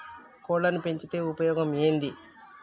కోళ్లని పెంచితే ఉపయోగం ఏంది?